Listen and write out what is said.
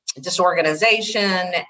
disorganization